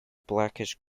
blackish